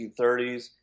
1930s